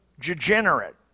degenerate